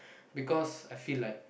because I feel like